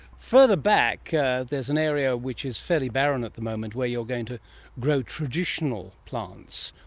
further back yeah there is an area which is fairly barren at the moment where you are going to grow traditional plants.